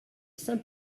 saint